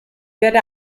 werde